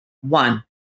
One